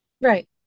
Right